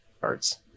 parts